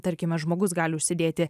tarkime žmogus gali užsidėti